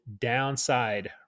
downside